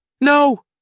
No